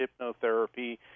hypnotherapy